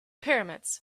pyramids